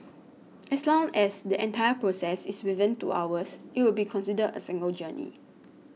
as long as the entire process is within two hours it will be considered a single journey